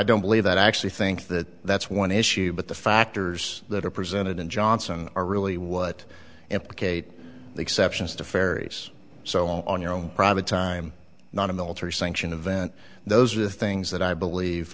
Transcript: don't believe that i actually think that that's one issue but the factors that are presented in johnson are really what implicate exceptions to fairies so on your own private time not a military sanctioned event those are the things that i believe